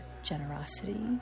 Generosity